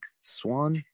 Swan